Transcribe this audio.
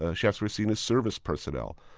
ah chefs were seen as service personnel.